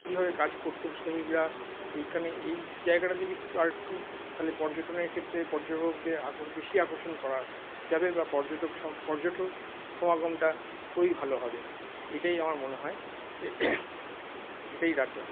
কিভাবে কাজ করত শ্রমিকরা এইখানে এই জায়গাটাতে যদি আর একটু তাহলে পর্যটনের ক্ষেত্রে পর্যটকদের বেশি আকর্ষণ করা যাবে বা পর্যটক পর্যটক সমাগমটা খুবই ভালো হবে এটাই আমার মনে হয় এটাই রাখলাম